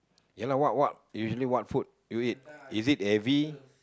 ya lah what what usually what food do you eat is it heavy